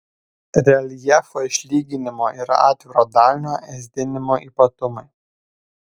reljefo išlyginimo ir atviro dalinio ėsdinimo ypatumai